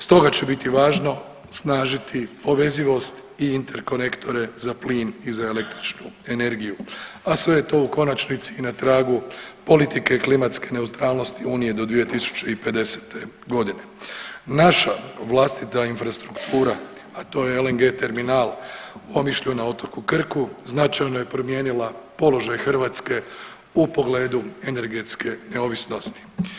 Stoga će biti važno snažiti povezivost i interkorektore za plin i za električnu energiju, a sve je to u konačnici i na tragu politike klimatske neutralnosti Unije do 2050.g. Naša vlastita infrastruktura, a to je LNG terminal u Omišlju na otoku Krku značajno je promijenila položaj Hrvatske u pogledu energetske neovisnosti.